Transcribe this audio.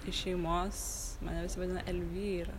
iš šeimos mane visi vadina elvyra